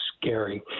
scary